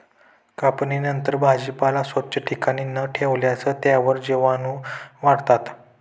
कापणीनंतर भाजीपाला स्वच्छ ठिकाणी न ठेवल्यास त्यावर जीवाणूवाढतात